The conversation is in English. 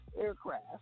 aircraft